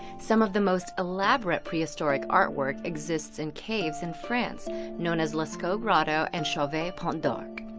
some of the most elaborate prehistoric artwork exists in caves in france known as lascaux grotto and chauvet-pont-d'arc.